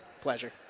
Pleasure